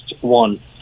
one